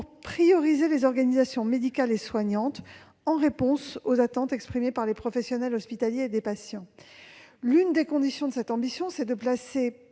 priorité aux organisations médicale et soignante, en réponse aux attentes exprimées par les professionnels hospitaliers et les patients. L'une des conditions à remplir est de placer,